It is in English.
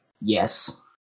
yes